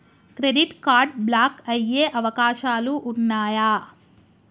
Credit card block అయ్యే అవకాశాలు ఉన్నయా?